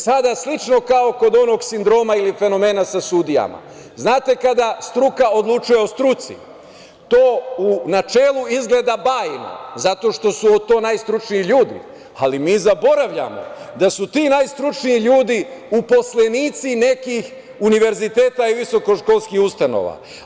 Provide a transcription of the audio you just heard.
Sada, slično kao kod onog sindroma ili fenomena sa sudijama, znate kada struka odlučuje o struci, to u načelu izgleda bajno zato što su to najstručniji ljudi, ali mi zaboravljamo da su ti najstručniji ljudi uposlenici nekih univerziteta i visokoškolskih ustanova.